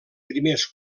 primers